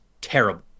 terrible